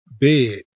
bed